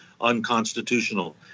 unconstitutional